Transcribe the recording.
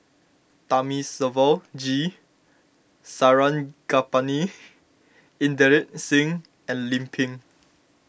Thamizhavel G Sarangapani Inderjit Singh and Lim Pin